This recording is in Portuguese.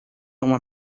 uma